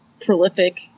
prolific